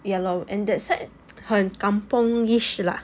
ya lor and that side 很 kampong~ lah